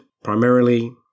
primarily